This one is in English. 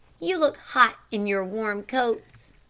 you look hot in your warm coats.